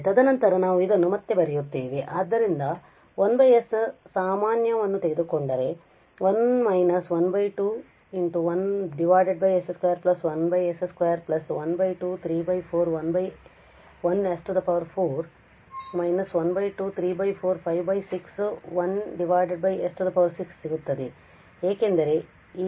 ತದನಂತರ ನಾವು ಅದನ್ನು ಮತ್ತೆ ಬರೆಯುತ್ತೇವೆ ಆದ್ದರಿಂದ ನಾವು 1 s ಸಾಮಾನ್ಯವನ್ನು ತೆಗೆದುಕೊಂಡರೆ 1 − 121s21s2 ½¾1s4 −½¾⅚1s6 ⋯ ಸಿಗುತ್ತದೆ ಏಕೆಂದರೆ ಈ 2